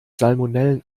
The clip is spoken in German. salmonellen